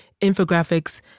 infographics